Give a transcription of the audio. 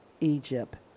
Egypt